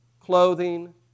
clothing